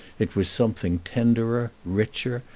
it was something tenderer, richer,